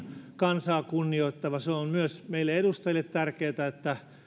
kansaa kunnioittava se on myös meille edustajille tärkeätä